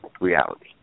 reality